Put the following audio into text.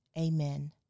amen